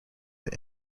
that